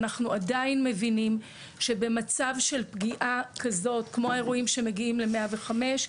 אנחנו עדיין מבינים שבמצב של פגיעה כזאת כמו האירועים שמגיעים ל-105,